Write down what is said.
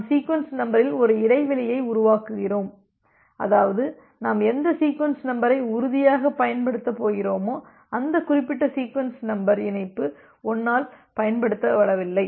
நாம் சீக்வென்ஸ் நம்பரில் ஒரு இடைவெளியை உரு வாக்குகிறோம் அதாவது நாம் எந்த சீக்வென்ஸ் நம்பரை உறுதியாக பயன்படுத்தப் போகிறோமோ அந்த குறிப்பிட்ட சீக்வென்ஸ் நம்பர் இணைப்பு 1 ஆல் பயன்படுத்தப்படவில்லை